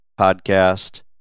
podcast